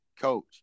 coach